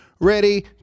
ready